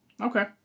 Okay